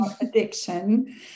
addiction